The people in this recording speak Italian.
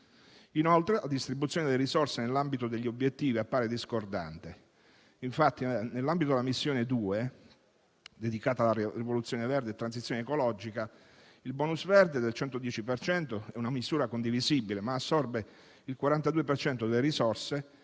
Inoltre, la distribuzione delle risorse nell'ambito degli obiettivi appare discordante.